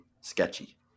sketchy